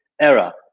era